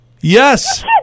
Yes